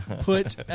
put